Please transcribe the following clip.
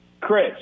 Chris